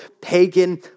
pagan